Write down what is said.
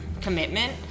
commitment